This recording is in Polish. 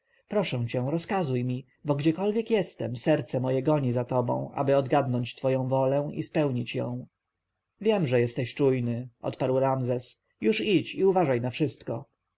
proszę cię rozkazuj mi bo gdziekolwiek jestem serce moje goni za tobą aby odgadnąć twoją wolę i spełnić ją wiem że jesteś czujny odparł ramzes już idź i uważaj na wszystko